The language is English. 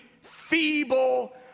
feeble